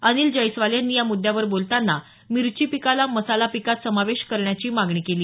अनिल जैस्वाल यांनी या मुद्यावर बोलताना मिरची पिकाचा मसाला पिकात समावेश करण्याची मागणी केली